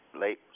late